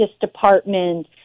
Department